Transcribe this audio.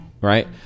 right